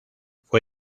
fue